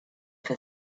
for